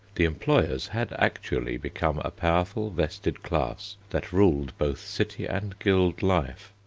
the employers had actually become a powerful vested class that ruled both city and guild life.